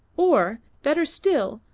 or, better still,